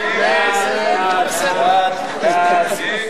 ההצעה להסיר מסדר-היום את הצעת חוק הלוואה לצורכי